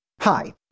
Hi